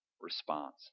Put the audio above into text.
response